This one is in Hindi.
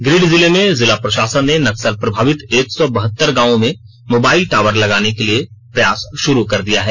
गिरिडीह जिले में जिला प्रशासन ने नक्सल प्रभावित एक सौ बहत्तर गांवों में मोबाइल टॉवर लगाने के लिए प्रयास शुरू कर दिया है